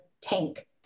tank